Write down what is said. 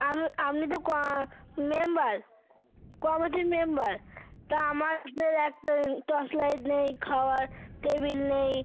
আমি আমি তো ক মেম্বার কমিটির মেম্বার তা আমাদের একটা টর্চ লাইট নেই খাওয়ার টেবিল নেই